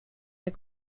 that